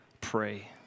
pray